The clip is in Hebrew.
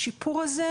השיפור הזה,